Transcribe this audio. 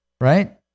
right